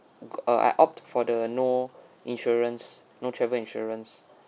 got uh I opt for the no insurance no travel insurance